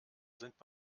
sind